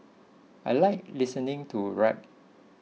I like listening to rap